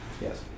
Yes